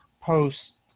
post